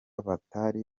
batari